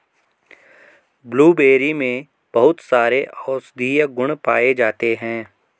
blueberry में बहुत सारे औषधीय गुण पाये जाते हैं